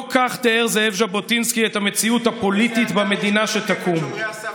לא כך תיאר זאב ז'בוטינסקי את המציאות הפוליטית במדינה שתקום.